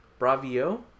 Bravio